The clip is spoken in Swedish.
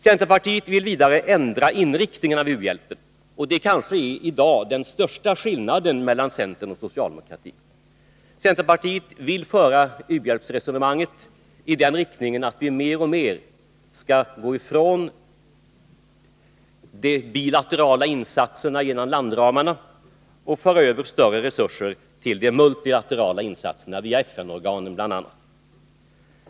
Centerpartiet vill vidare ändra inriktningen av u-hjälpen, och det är kanske i dag den största skillnaden mellan centern och socialdemokratin. Centerpartiet vill föra u-hjälpsresonemanget i den riktningen att vi mer och mer skall gå ifrån de bilaterala insatserna inom landramarna och föra över större resurser till de multilaterala insatserna, via bl.a. FN-organen.